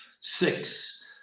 six